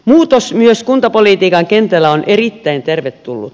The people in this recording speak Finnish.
muutos myös kuntapolitiikan kentällä on erittäin tervetullut